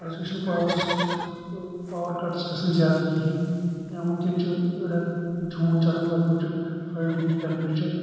اسہِ گٕژھ نہٕ پاورَس پاوَر کَٹٕس گَژٕھنۍ زیادٕ کِہینۍ یا وٕنکٮ۪ن چُھ رٮ۪ت جوٗن چَلان لَگ بَگ چُھ تھٔٹی فایِو ڈِگری ٹٮ۪مپرٛیچَر